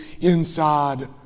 inside